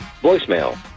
voicemail